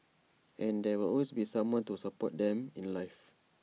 and there will always be someone to support them in life